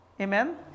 Amen